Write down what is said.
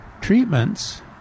treatments